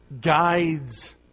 guides